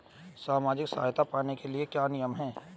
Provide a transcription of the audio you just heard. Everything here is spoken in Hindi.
सामाजिक सहायता पाने के लिए क्या नियम हैं?